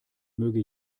möge